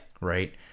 Right